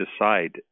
decide